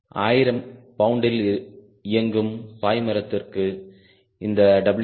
1000 பவுண்டில் இயங்கும் பாய்மரத்திற்கு இந்த WeW0 0